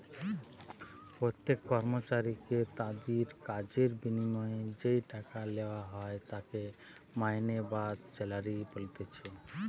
প্রত্যেক কর্মচারীকে তাদির কাজের বিনিময়ে যেই টাকা লেওয়া হয় তাকে মাইনে বা স্যালারি বলতিছে